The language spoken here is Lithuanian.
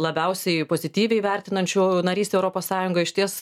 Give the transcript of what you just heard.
labiausiai pozityviai vertinančių narystę europos sąjungoj išties